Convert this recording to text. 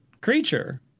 creature